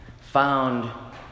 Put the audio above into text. found